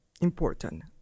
important